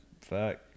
Fuck